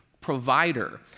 provider